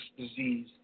disease